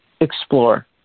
explore